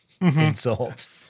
insult